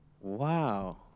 Wow